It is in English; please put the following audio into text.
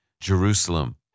Jerusalem